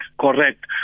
correct